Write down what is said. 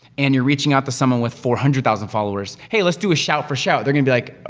and you're reaching out to someone with four hundred thousand followers, hey, let's do a shout for shout! they're gonna be like,